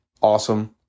awesome